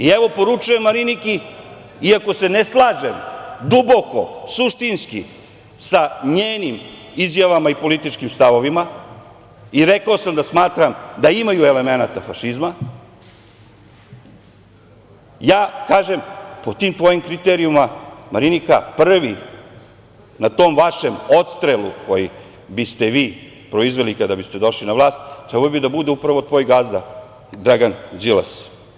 Evo, poručujem Mariniki, iako se ne slažem duboko, suštinski sa njenim izjavama i političkim stavovima, i rekao sam da smatram da imaju elemenata fašizma, ja kažem, po tim tvojim kriterijumima, Marinika, prvi na tom vašem odstrelu koji biste vi proizveli kada biste došli na vlast trebao bi da bude upravo tvoj gazda Dragan Đilas.